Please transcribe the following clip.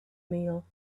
meal